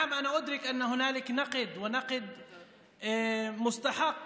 כן, אני מבין שיש ביקורת, וביקורת מוצדקת,